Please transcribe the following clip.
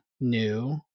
new